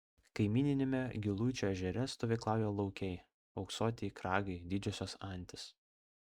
kaimyniniame giluičio ežere stovyklauja laukiai ausuotieji kragai didžiosios antys